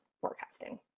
forecasting